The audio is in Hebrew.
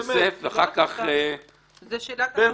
זו לא הסתה, זאת שאלת הבהרה.